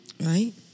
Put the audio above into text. Right